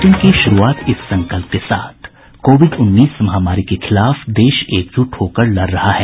bulletin की शुरूआत इस संकल्प के साथ कोविड उन्नीस महामारी के खिलाफ देश एकजुट होकर लड़ रहा है